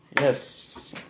Yes